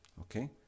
Okay